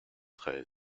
treize